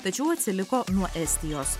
tačiau atsiliko nuo estijos